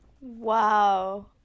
wow